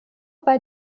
bei